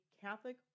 Catholic